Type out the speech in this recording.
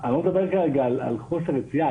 אני לא מדבר כרגע על חוסר יציאה,